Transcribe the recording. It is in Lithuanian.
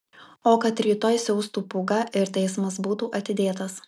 o kad rytoj siaustų pūga ir teismas būtų atidėtas